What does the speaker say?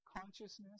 consciousness